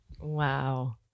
Wow